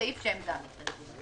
זה סעיף שהם גם מתנגדים לו.